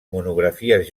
monografies